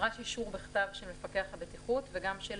נדרש אישור בכתב של מפקח הבטיחות וגם של